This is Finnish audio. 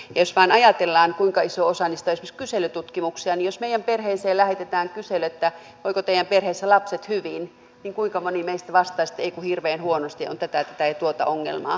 jos vain ajatellaan kuinka iso osa niistä on esimerkiksi kyselytutkimuksia niin jos meidän perheeseen lähetetään kysely voivatko teidän perheessä lapset hyvin niin kuinka moni meistä vastaisi että ei kun hirveän huonosti on tätä tätä ja tuota ongelmaa